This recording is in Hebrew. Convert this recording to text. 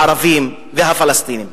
הערבים והפלסטינים.